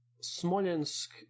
Smolensk